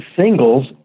singles